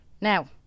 Now